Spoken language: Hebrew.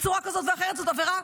בצורה כזאת או אחרת זאת עבירה,